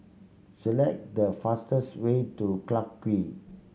select the fastest way to Clarke Quay